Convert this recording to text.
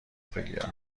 بگیرم